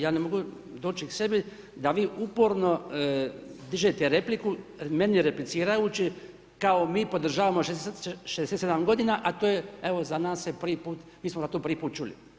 Ja ne mogu doći k sebi da vi uporno dižete repliku meni replicirajući, kao mi podržavamo 67 g. a to je evo za nas je prvi put, mi smo ga tu prvi put čuli.